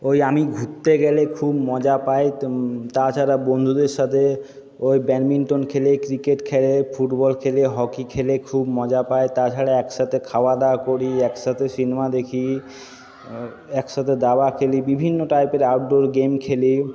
ওই আমি ঘুরতে গেলে খুব মজা পাই তাছাড়া বন্ধুদের সাথে ওই ব্যাডমিন্টন খেলে ক্রিকেট খেলে ফুটবল খেলে হকি খেলে খুব মজা পাই তাছাড়া একসাথে খাওয়া দাওয়া করি একসাথে সিনেমা দেখি একসাথে দাবা খেলি বিভন্ন টাইপের আউটডোর গেম খেলি